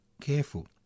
careful